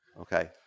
Okay